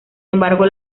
embargo